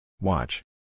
Watch